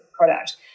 product